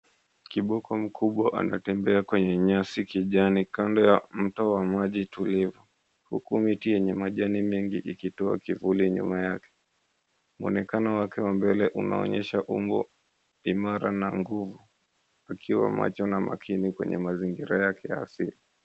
Kiboko mkubwa anatembea kwenye nyasi ya kijani kando ya mto yenye maji tulivu huku miti yenye majani mengi ikitoa kivuli nyuma yake. Mwonekano wake wa mbele unaonyesha umbo imara na nguvu akiwa macho na makini kwenye mazingira yake ya asili.